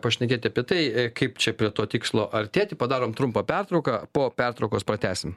pašnekėti apie tai kaip čia prie to tikslo artėti padarom trumpą pertrauką po pertraukos pratęsim